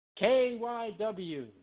KYW